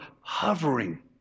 hovering